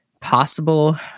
possible